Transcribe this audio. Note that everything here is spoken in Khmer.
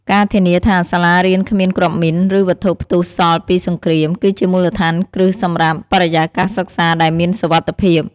ការធានាថាសាលារៀនគ្មានគ្រាប់មីន ឬវត្ថុផ្ទុះសល់ពីសង្គ្រាម គឺជាមូលដ្ឋានគ្រឹះសម្រាប់ បរិយាកាសសិក្សាដែលមានសុវត្ថិភាព។